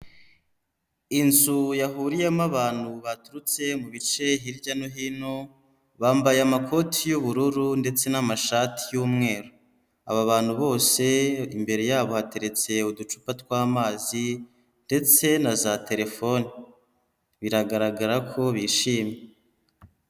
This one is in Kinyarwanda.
Inzu yahuriyemo abantu baturutse mu bice hirya no hino, bambaye amakoti y'ubururu ndetse n'amashati y'umweru. Aba bantu bose imbere yabo hateretse uducupa tw'amazi ndetse na za terefone, biragaragara ko bishimye.